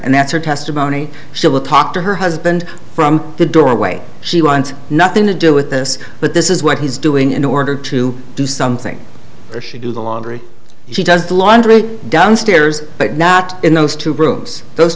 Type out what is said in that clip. and that's her testimony she will talk to her husband from the doorway she wants nothing to do with this but this is what he's doing in order to do something or she do the laundry she does the laundry done stairs but not in those two groups those